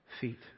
feet